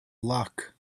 luck